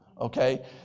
Okay